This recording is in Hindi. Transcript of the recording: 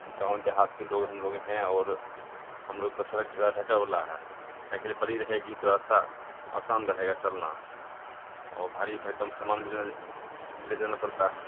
गाँव देहात के लोग हम लोग हैं और हम लोग का सड़क जरा ढका वाला है साइकिल बड़ी रहेगी तो रास्ता आसान रहेगा चलना और भारी भरकम सामान भी न ले ले जाना पड़ता है